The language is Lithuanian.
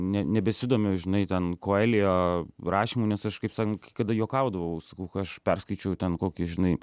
ne nebesidomiu žinai ten coelho rašymu nes aš kaip sakant kai kada juokaudavau sakau kai aš perskaičiau ten kokį žinai